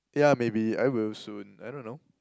yeah maybe I will soon I don't know